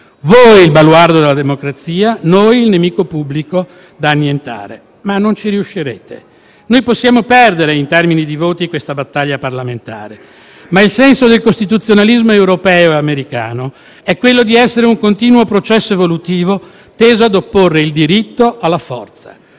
voi, il baluardo della democrazia; noi, il nemico pubblico da annientare. Ma non ci riuscirete. Noi possiamo perdere in termini di voti questa battaglia parlamentare, ma il senso del costituzionalismo europeo americano è quello di essere un continuo processo evolutivo teso ad opporre il diritto alla forza: